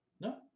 No